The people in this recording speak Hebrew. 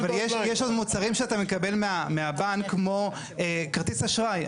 אבל יש עוד מוצרים שאתה מקבל מהבנק כמו כרטיס אשראי.